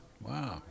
Wow